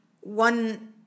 one